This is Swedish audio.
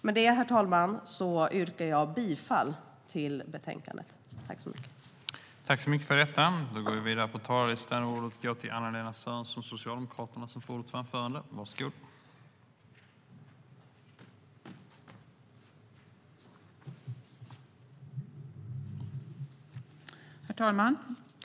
Med detta, herr talman, yrkar jag bifall till utskottets förslag i betänkandet.